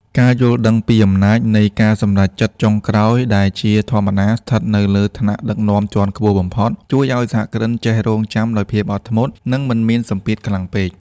ការយល់ដឹងពីអំណាចនៃការសម្រេចចិត្តចុងក្រោយដែលជាធម្មតាស្ថិតនៅលើថ្នាក់ដឹកនាំជាន់ខ្ពស់បំផុត ជួយឱ្យសហគ្រិនចេះរង់ចាំដោយភាពអត់ធ្មត់ និងមិនមានសម្ពាធខ្លាំងពេក។